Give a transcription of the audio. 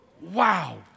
Wow